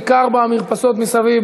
בעיקר במרפסות מסביב,